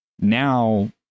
now